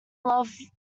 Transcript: love